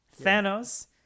Thanos